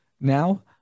now